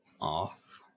off